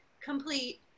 complete